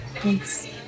thanks